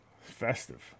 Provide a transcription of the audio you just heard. festive